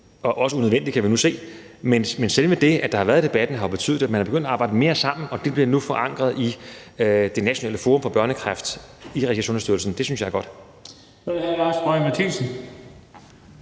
også unødvendigt, kan vi nu se, men selve det, at debatten har været der, har jo betydet, at man er begyndt at arbejde mere sammen, og det bliver nu forankret i det nationale forum for børnekræft i regi af Sundhedsstyrelsen. Det synes jeg er godt.